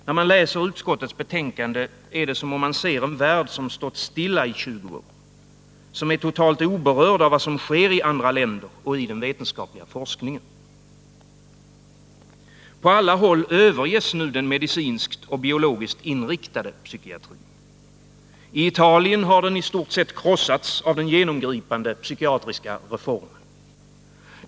När man läser utskottets betänkande är det som om man ser en värld som stått stilla i 20 år, som är totalt oberörd av vad som sker i andra länder och i den vetenskapliga forskningen. På alla håll överges nu den medicinskt och biologiskt inriktade psykiatrin. I Italien har den istort sett krossats av den genomgripande psykiatriska reformen.